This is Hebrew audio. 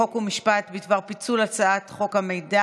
חוק ומשפט בדבר פיצול הצעת חוק המידע